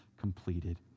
completed